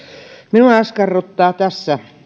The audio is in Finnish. minua askarruttaa tässä